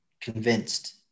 convinced